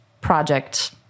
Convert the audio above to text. project